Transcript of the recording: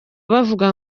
bavuga